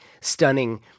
stunning